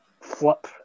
flip